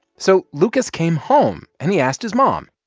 so lucas came home, and he asked his mom,